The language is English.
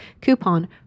coupon